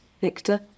Victor